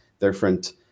different